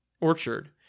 orchard